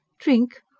drink?